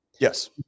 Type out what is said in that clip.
Yes